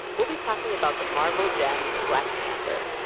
we'll be talking about the marvel gem, black panther.